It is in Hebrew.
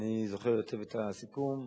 אני זוכר היטב את הסיכום,